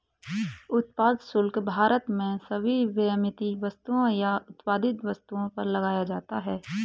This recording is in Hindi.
उत्पाद शुल्क भारत में सभी विनिर्मित वस्तुओं या उत्पादित वस्तुओं पर लगाया जाता है